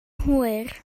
hwyr